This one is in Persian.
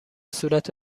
صورت